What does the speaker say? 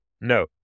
No